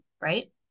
right